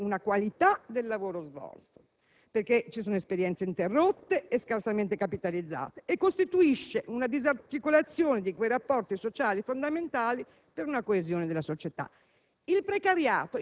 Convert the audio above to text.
un alto livello qualitativo del lavoro svolto, a causa delle esperienze interrotte e scarsamente capitalizzate, e costituisce una disarticolazione di quei rapporti sociali fondamentali per una coesione della società.